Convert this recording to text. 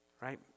Right